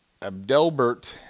Abdelbert